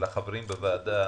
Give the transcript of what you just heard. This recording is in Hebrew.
ולחברים בוועדה